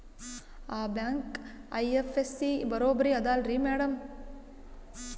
ಆ bank IFSC ಬರೊಬರಿ ಅದಲಾರಿ ಮ್ಯಾಡಂ?